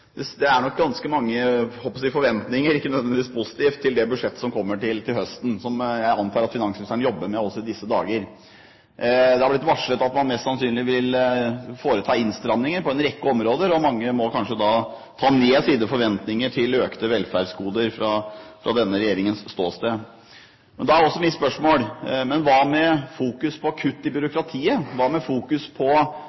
mitt. Det er nok ganske mange forventninger – ikke nødvendigvis positive – til det budsjettet som kommer til høsten, og som jeg antar at finansministeren jobber med i disse dager. Det har blitt varslet at man mest sannsynlig vil foreta innstramminger på en rekke områder. Mange må kanskje senke sine forventninger til økte velferdsgoder fra denne regjeringens ståsted. Da er mitt spørsmål: Hva med å fokusere på kutt i